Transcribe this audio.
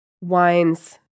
wines